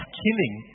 killing